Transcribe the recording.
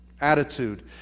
Attitude